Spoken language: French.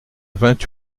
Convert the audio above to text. vingt